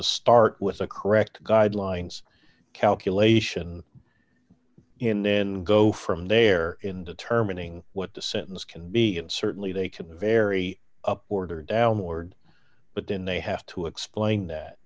to start with a correct guidelines calculation him then go from there in determining what the sentence can be and certainly they could vary a porter downward but then they have to explain that